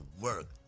work